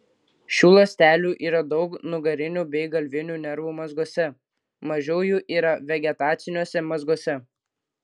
šių ląstelių yra daug nugarinių bei galvinių nervų mazguose mažiau jų yra vegetaciniuose mazguose